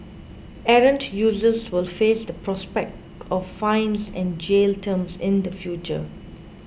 errant users will face the prospect of fines and jail terms in the future